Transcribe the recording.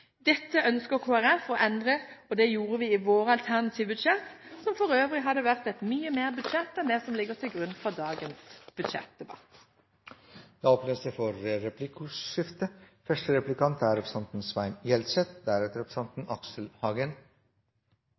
Dette ønsker Kristelig Folkeparti å endre, og det gjorde vi i vårt alternative budsjett – som for øvrig hadde vært et mye bedre budsjett enn det som ligger til grunn for dagens budsjettdebatt. Det blir replikkordskifte. Representanten